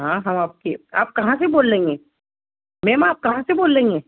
ہاں ہم آپ کے آپ کہاں سے بول رہی ہیں میم آپ کہاں سے بول رہی ہیں